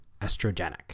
estrogenic